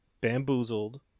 Bamboozled